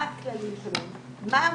מה הכללים שלהם, מה המוטיבציה.